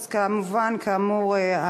אז כמובן, כאמור,